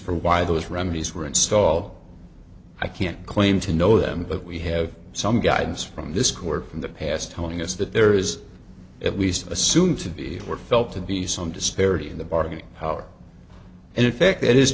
for why those remedies were installed i can't claim to know them but we have some guidance from this court from the past telling us that there is at least a soon to be were felt to be some disparity in the bargaining power and in fact it is